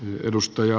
arvoisa puhemies